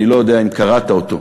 אני לא יודע אם קראת אותו,